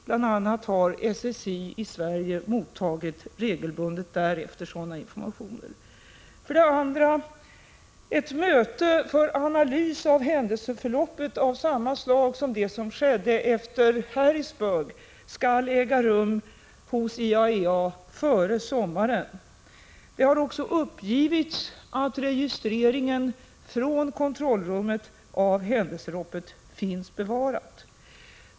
Bl.a. har SSI i Sverige regelbundet mottagit sådana informationer därefter. För det andra: Ett möte för analys av händelseförloppet, av samma slag som det som skedde efter kärnkraftsolyckan i Harrisburg, skall äga rum hos IAEA före sommaren — det har också uppgivits att registreringen av händelseförloppet från kontrollrummet finns bevarad.